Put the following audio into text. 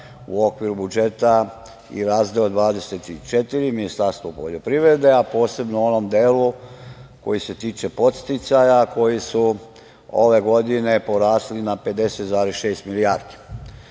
u okviru budžeta i razdeo 24 Ministarstvo poljoprivrede, a posebno u onom delu koji se tiče podsticaja koji su ove godine porasli na 50,6 milijardi. Moram